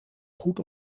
goed